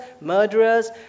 murderers